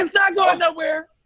and not going nowhere.